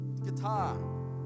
Guitar